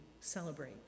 celebrate